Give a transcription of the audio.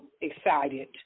excited